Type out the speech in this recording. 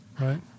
right